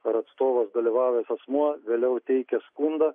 ar atstovas dalyvavęs asmuo vėliau teikė skundą